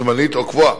זמנית או קבועה.